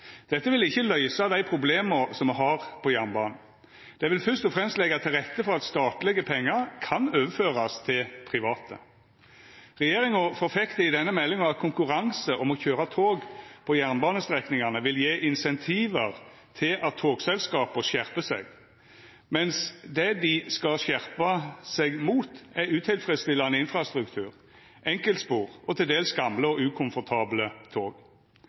Dette vil ikkje løysa dei problema som me har på jernbanen. Det vil først og fremst leggja til rette for at statlege pengar kan overførast til private. Regjeringa forfektar i denne meldinga at konkurranse om å køyra tog på jernbanestrekningane vil gje incentiv til at togselskapa skjerpar seg, mens det dei skal skjerpa seg mot, er utilfredsstillande infrastruktur, enkeltspor og til dels gamle og ukomfortable tog